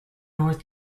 north